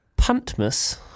Puntmas